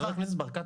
חבר הכנסת ברקת,